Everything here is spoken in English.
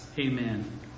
amen